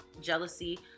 jealousy